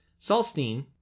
Salstein